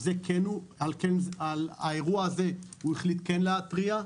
על האירוע הזה הוא החליט כן להתריע.